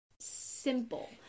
simple